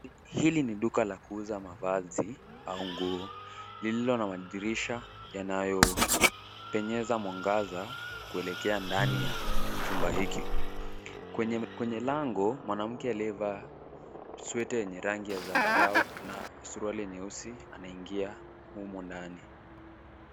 Hili ni duka la kuuza mavazi au nguo lililo na madirisha yanayopenyeza mwangaza kuelekea ndani ya chumba hiki. Kwenye lango, mwanamke aliyevaa sweta yenye rangi ya zambarau na suruali nyeusi anaingia humu ndani.